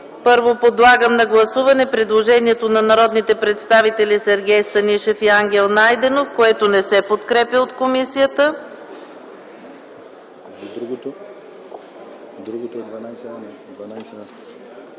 Първо, подлагам на гласуване предложението на народните представители Сергей Станишев и Ангел Найденов, което не се подкрепя от комисията. Гласували 107